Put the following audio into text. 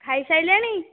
ଖାଇସାରିଲେଣି